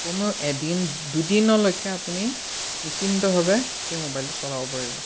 কমেও এদিন দুদিনলৈকে আপুনি নিশ্চিন্তভাৱে সেই মোবাইলটো চলাব পাৰিব